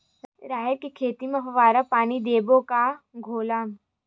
राहेर के खेती म फवारा पानी देबो के घोला?